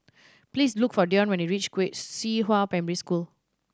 please look for Dion when you reach Qihua Primary School